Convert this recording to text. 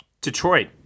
Detroit